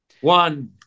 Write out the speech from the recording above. One